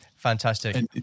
Fantastic